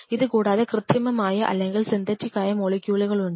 ഇതുകൂടാതെ കൃത്രിമമായ അല്ലെങ്കിൽ സിന്തറ്റിക്കായ മോളിക്യൂളുകൾ ഉണ്ട്